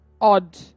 odd